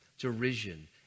Derision